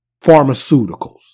Pharmaceuticals